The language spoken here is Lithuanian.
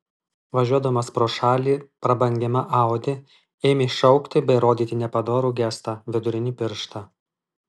važiuodamas pro šalį prabangiame audi ėmė šaukti bei rodyti nepadorų gestą vidurinį pirštą